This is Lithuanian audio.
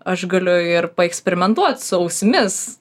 aš galiu ir paeksperimentuot su ausimis